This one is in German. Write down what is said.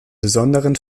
besonderen